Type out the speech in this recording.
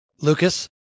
Lucas